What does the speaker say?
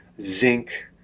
zinc